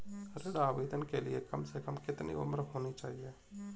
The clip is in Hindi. ऋण आवेदन के लिए कम से कम कितनी उम्र होनी चाहिए?